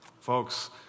Folks